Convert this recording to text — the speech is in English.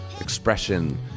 expression